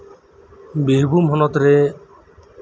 ᱵᱤᱨᱵᱷᱩᱢ ᱦᱚᱱᱚᱛᱨᱮ